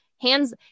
hands